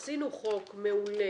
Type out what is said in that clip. עשינו חוק מעולה,